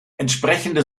entsprechende